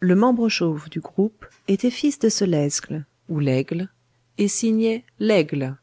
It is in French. le membre chauve du groupe était fils de ce lesgle ou lègle et signait lègle